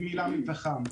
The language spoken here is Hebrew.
גמילה מפחם.